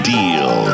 Deal